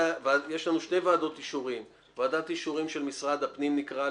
יש לנו שתי ועדות אישורים ועדת אישורים של משרד הפנים הארצית,